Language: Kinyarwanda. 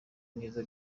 neza